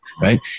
right